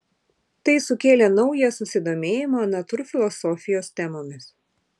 tai sukėlė naują susidomėjimą natūrfilosofijos temomis